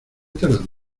tardan